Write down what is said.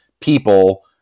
people